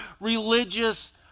religious